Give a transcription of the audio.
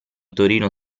torino